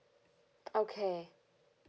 okay